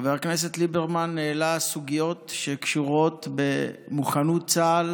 חבר הכנסת ליברמן העלה סוגיות שקשורות במוכנות צה"ל